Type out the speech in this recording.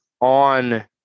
on